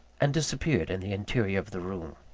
and disappeared in the interior of the room.